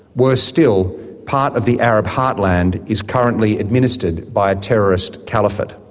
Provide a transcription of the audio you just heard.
worse still, part of the arab heartland is currently administered by a terrorist caliphate.